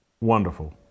Wonderful